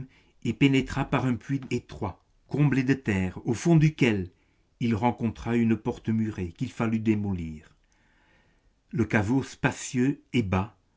y pénétra par un puits étroit comblé de terre au fond duquel il rencontra une porte murée qu'il fallut démolir le caveau spacieux et bas